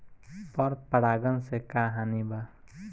पर परागण से का हानि बा?